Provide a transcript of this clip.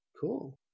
Cool